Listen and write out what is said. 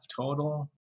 total